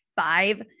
five